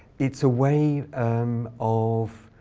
it's a way um of